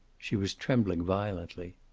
she was trembling violently.